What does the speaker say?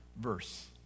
verse